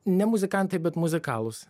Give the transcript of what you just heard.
ne muzikantai bet muzikalūs